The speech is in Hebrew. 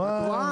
בזה.